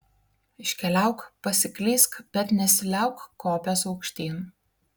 iškeliauk pasiklysk bet nesiliauk kopęs aukštyn